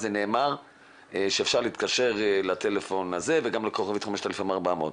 שאפשר להתקשר לטלפון הזה וגם ל-5400*,